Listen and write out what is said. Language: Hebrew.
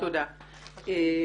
תודה רבה.